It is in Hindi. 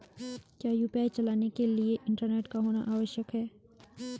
क्या यु.पी.आई चलाने के लिए इंटरनेट का होना आवश्यक है?